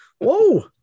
Whoa